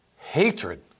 hatred